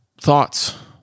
thoughts